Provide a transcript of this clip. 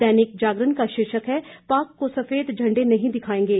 दैनिक जागरण का शीर्षक है पाक को सफेद झंडे नहीं दिखाएंगे